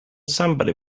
somebody